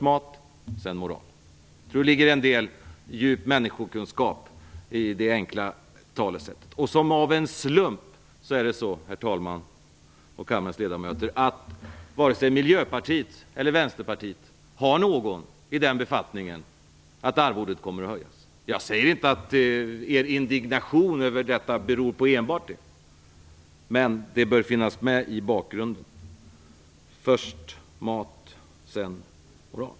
Jag tror att det ligger en del djup människokunskap i det enkla talesättet. Som av en slump, herr talman, har vare sig Vänsterpartiet eller Miljöpartiet någon ledamot i en sådan befattning att arvodet kommer att höjas. Jag säger inte att er indignation beror enbart på det. Men i bakgrunden bör finnas med: Först mat, sedan moral.